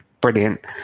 Brilliant